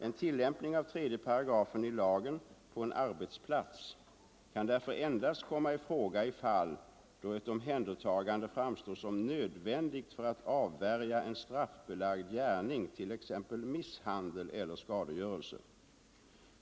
En tillämpning av 3§ i lagen på en arbetsplats kan därför endast komma i fråga i fall då ett omhändertagande framstår som nödvändigt för att avvärja en straffbelagd gärning, t.ex. misshandel eller skadegörelse.